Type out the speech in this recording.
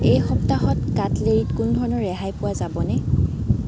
এই সপ্তাহত কাটলেৰীত কোনো ধৰণৰ ৰেহাই পোৱা যাবনে